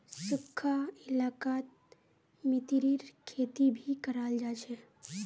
सुखखा इलाकात मतीरीर खेती भी कराल जा छे